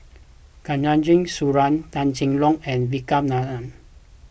Khatijah Surattee Tan Cheng Lock and Vikram Nair